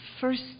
first